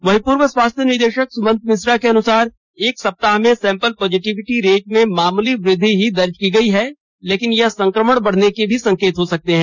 वहीं पूर्व स्वास्थ्य निदेशक सुमंत मिश्रा के अनुसार एक सप्ताह में सैंपल पॉजिटिविटी रेट में मामूली वृद्धि ही दर्ज की गई है लेकिन यह संक्रमण बढने का भी संकेत हो सकता है